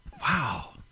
Wow